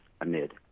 amid